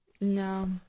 No